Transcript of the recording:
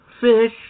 fish